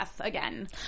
again